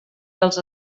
dels